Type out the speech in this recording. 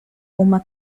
uma